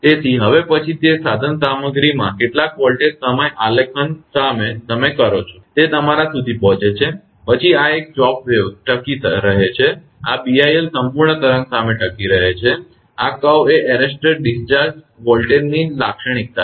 તેથી હવે પછીથી તે સાધનસામગ્રીના કેટલાક વોલ્ટેજ સમય આલેખન સામે તમે કહો છો તે તમારા સુધી પહોંચે છે પછી આ એક ચોપડ્ વેવ ટકી રહે છે અને આ BIL બીઆઈએલ સંપૂર્ણ તરંગ સામે ટકી રહે છે અને આ curve એ એરેસ્ટરની ડિસ્ચાર્જ વોલ્ટેજ લાક્ષણિકતા છે